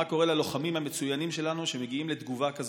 מה קורה ללוחמים המצוינים שלנו שמגיעים לתגובה כזאת.